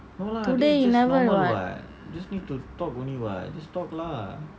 today you never [what]